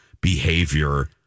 behavior